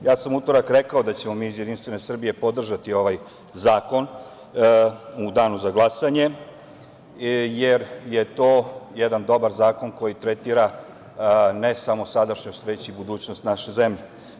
Ja sam u utorak rekao da ćemo mi iz JS podržati ovaj zakon u Danu za glasanje jer je to jedan dobar zakon koji tretira ne samo sadašnjost, već i budućnost naše zemlje.